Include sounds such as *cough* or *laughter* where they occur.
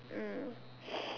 mm *noise*